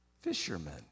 fishermen